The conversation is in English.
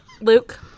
Luke